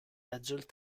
adultes